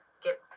get